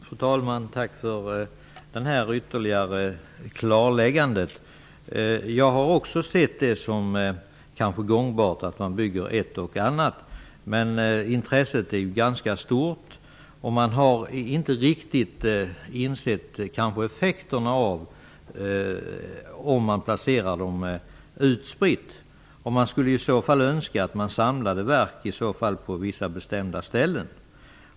Fru talman! Tack för det ytterligare klarläggandet. Jag har också sett det som gångbart, att man bygger ett och annat vindkraftverk. Men intresset är ganska stort, och man har kanske inte riktigt insett effekterna av en utspridd placering. Det vore nog önskvärt att man samlade vindkraftverk på vissa bestämda ställen.